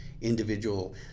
individual